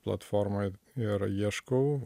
platformoj ir ieškau